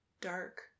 dark